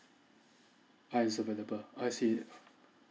ah is available I see